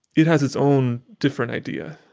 it has its own different idea.